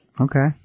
Okay